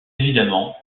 évidemment